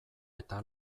eta